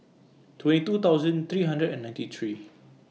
twenty two thousand three hundred and ninety three